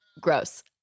gross